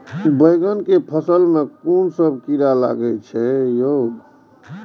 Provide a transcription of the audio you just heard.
बैंगन के फल में कुन सब कीरा लगै छै यो?